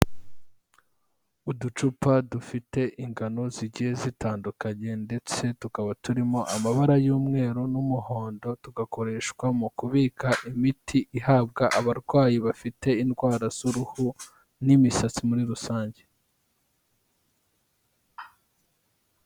Uducupa dufite ingano zigiye zitandukanye ndetse tukaba turimo amabara y'umweru n'umuhondo, tugakoreshwa mu kubika imiti ihabwa abarwayi bafite indwara z'uruhu n'imisatsi muri rusange.